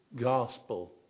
gospel